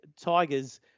Tigers